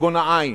כגון העין,